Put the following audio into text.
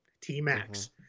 T-Max